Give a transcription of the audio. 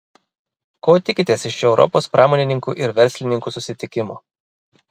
ko tikitės iš šio europos pramonininkų ir verslininkų susitikimo